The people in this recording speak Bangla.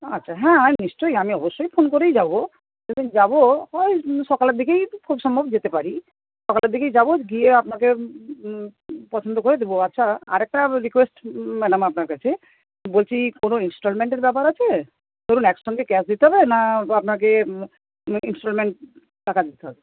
আচ্ছা হ্যাঁ আমি নিশ্চই আমি অবশ্যই ফোন করেই যাব যেদিন যাব ওই সকালের দিকেই খুব সম্ভব যেতে পারি সকালের দিকেই যাব গিয়ে আপনাকে পছন্দ করে দেব আচ্ছা আরেকটা রিকোয়েস্ট ম্যাডাম আপনার কাছে বলছি কোনো ইনস্টলমেন্টের ব্যাপার আছে ধরুন একসঙ্গে ক্যাশ দিতে হবে না আপনাকে ইনস্টলমেন্টে টাকা দিতে হবে